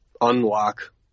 unlock